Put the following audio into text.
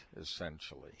essentially